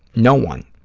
no one,